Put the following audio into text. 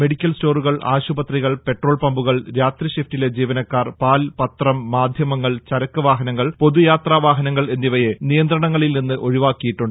medical സ്റ്റോറുകൾ ആശുപത്രികൾ petrol പമ്പുകൾ രാത്രി ഷിഫ്റ്റിലെ ജീവനക്കാർ പാൽ പത്രം മാധ്യമങ്ങൾ ചരക്ക് വാഹനങ്ങൾ പൊതു യാത്രാ വാഹനങ്ങൾ എന്നിവയെ നിയന്ത്രണങ്ങളിൽ നിന്ന് ഒഴിവാക്കിയിട്ടുണ്ട്